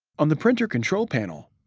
on the printer control panel,